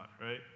right